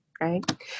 right